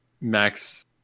max